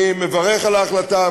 אני מברך על ההחלטה,